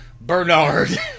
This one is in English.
Bernard